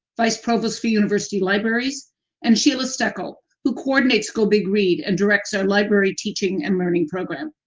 vice provost for university libraries and sheila stoeckel, who coordinates go big read and directs our library teaching and learning program.